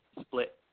split